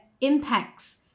impacts